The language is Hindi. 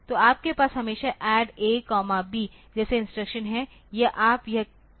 तो आपके पास हमेशा ADD A B जैसे इंस्ट्रक्शन हैं या आप कह सकते हैं ADD A H